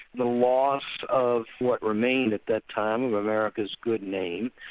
the loss of what remained at that time, of america's good name,